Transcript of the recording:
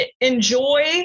enjoy